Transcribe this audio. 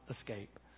escape